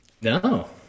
No